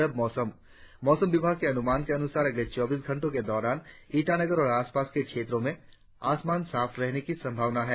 और अब मौसम मौसम विभाग के अनुमान के अनुसार अगले चौबीस घंटो के दौरान ईटानगर और आसपास के क्षेत्रो में आसमान साफ रहने की संभावना है